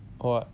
what